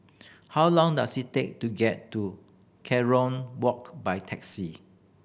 how long does it take to get to Kerong Walk by taxi